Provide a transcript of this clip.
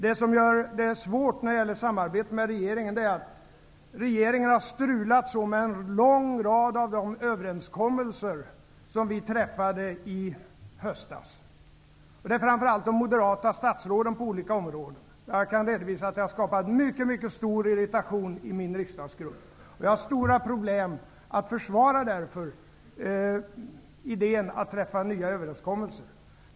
Det som gör samarbetet med regeringen svårt är att regeringen har strulat så med med en lång rad av de överenskommelser som vi träffade i höstas. Det gäller framför allt de moderata statsråden på olika områden. Jag kan redovisa att det har skapat mycket stor irritation i min riksdagsgrupp, och jag har därför stora problem att försvara idén att träffa nya överenskommelser.